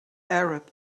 arab